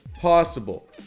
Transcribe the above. Possible